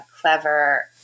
clever